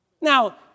Now